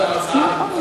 נכון.